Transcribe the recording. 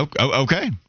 Okay